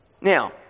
Now